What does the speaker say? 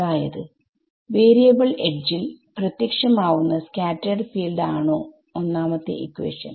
അതായത് വാരിയബിൾ എഡ്ജിൽ പ്രത്യക്ഷമാവുന്ന സ്കാറ്റെർഡ് ഫീൽഡ് ആണോ ഒന്നാമത്തെ ഇക്വാഷൻ